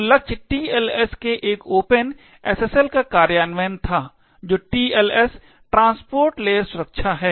तो लक्ष्य TLS के एक ओपन SSL का कार्यान्वयन था तो TLS ट्रांसपोर्ट लेयर सुरक्षा है